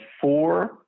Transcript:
four